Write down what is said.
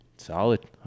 solid